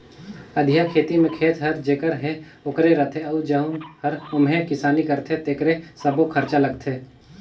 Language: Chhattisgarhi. अधिया खेती में खेत हर जेखर हे ओखरे रथे अउ जउन हर ओम्हे किसानी करथे तेकरे सब्बो खरचा लगथे